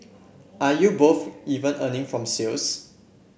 are you both even earning from sales